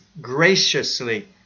graciously